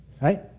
Right